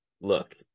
look